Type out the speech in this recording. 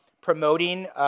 promoting